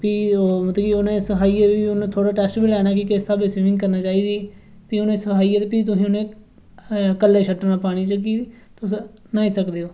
भी सखाइयै उ'नें थोह्ड़ा टेस्ट बी लैना कि इस स्हाबै दी स्विमिंग करना चाहिदी ते तुसेंगी सखाइयै फ्ही तुसेंगी कल्ले छड्डना पानी च कि तुस न्हाई सकदे ओ